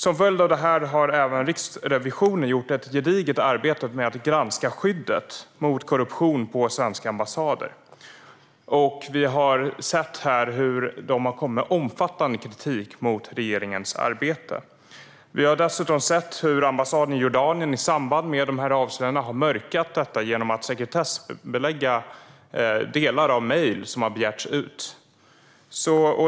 Till följd av detta har Riksrevisionen gjort ett gediget arbete med att granska skyddet mot korruption på svenska ambassader, och de har kommit med omfattande kritik mot regeringens arbete. Dessutom har ambassaden i Jordanien, i samband med avslöjandena, mörkat genom att sekretessbelägga delar av mejl som har begärts ut.